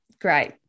Great